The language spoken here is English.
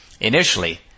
initially